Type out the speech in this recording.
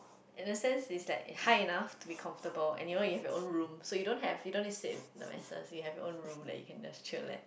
in the sense it is like high enough to be comfortable and you know you have your own room so you don't have you don't to save the matter you have your room like you can just chill that